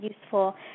useful